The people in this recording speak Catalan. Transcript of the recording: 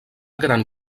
gran